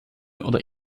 oder